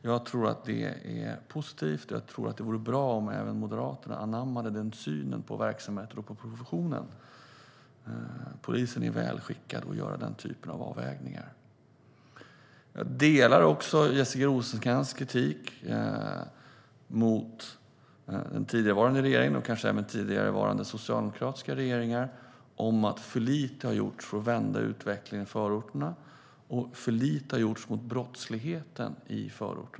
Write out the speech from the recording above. Jag tror att det är positivt, och jag tror att det vore bra om även Moderaterna anammade den synen på verksamheten och på professionen. Polisen är väl skickad att göra den typen av avvägningar. Jag delar Jessica Rosencrantz kritik mot den tidigarevarande regeringen och kanske även mot tidigarevarande socialdemokratiska regeringar om att för lite har gjorts för att vända utvecklingen i förorterna och mot brottsligheten där.